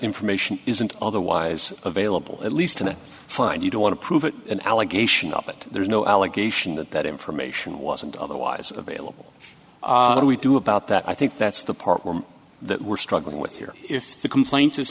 information isn't otherwise available at least on the floor and you don't want to prove it an allegation of it there's no allegation that that information wasn't otherwise available and we do about that i think that's the part that we're struggling with here if the complaint is